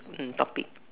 um topic